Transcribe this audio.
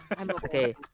Okay